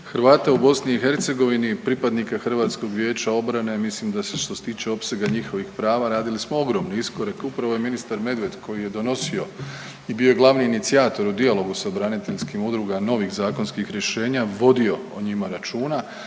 Hrvata u BiH i pripadnika HVO-a mislim da se što se tiče opsega njihovih prava radili smo ogromni iskorak, upravo je ministar Medved koji je donosio i bio glavni inicijator u dijalogu sa braniteljskim udrugama novih zakonskih rješenja vodio o njima računa,